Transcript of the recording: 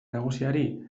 nagusiari